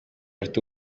afite